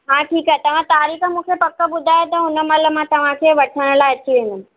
हा ठीकु आहे तव्हां तारीख़ मूंखे पक ॿुधाए त हुन महिल मां तव्हांखे वठण लाइ अची वेंदमि